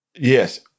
Yes